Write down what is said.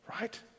right